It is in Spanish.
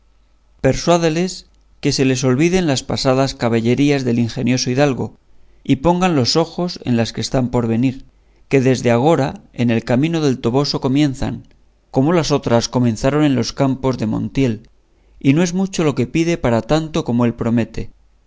persuádeles que se les olviden las pasadas caballerías del ingenioso hidalgo y pongan los ojos en las que están por venir que desde agora en el camino del toboso comienzan como las otras comenzaron en los campos de montiel y no es mucho lo que pide para tanto como él promete